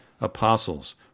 apostles